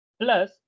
Plus